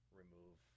remove